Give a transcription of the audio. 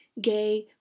gay